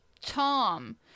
Tom